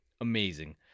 Amazing